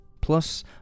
Plus